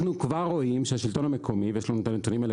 אנחנו כבר רואים שהשלטון המקומי יש לנו את הנתונים האלה,